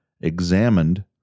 examined